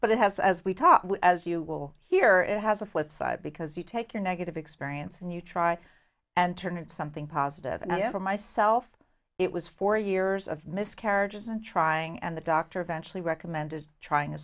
but it has as we talked as you will hear it has a flip side because you take your negative experience and you try and turn into something positive and for myself it was four years of miscarriages and trying and the doctor eventually recommended trying a